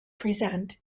present